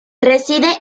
reside